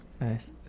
nice